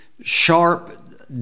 sharp